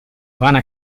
vana